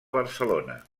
barcelona